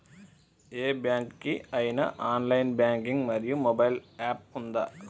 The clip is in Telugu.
ఏ బ్యాంక్ కి ఐనా ఆన్ లైన్ బ్యాంకింగ్ మరియు మొబైల్ యాప్ ఉందా?